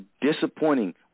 disappointing